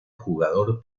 jugador